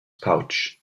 pouch